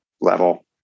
level